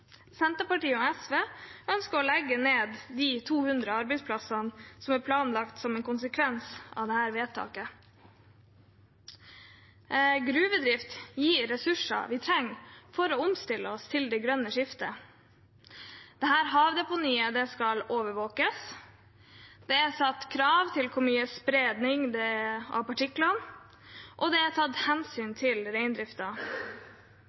Senterpartiet og SV ønsker å legge ned de 200 arbeidsplassene som er planlagt som en konsekvens av dette vedtaket. Gruvedrift gir ressurser vi trenger for å omstille oss til det grønne skiftet. Dette havdeponiet skal overvåkes, det er satt krav til mengden spredning av partikler, og det er tatt